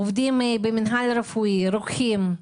עובדים במינהל הרפואי, רוקחים.